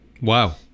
Wow